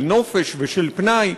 של נופש ושל פנאי,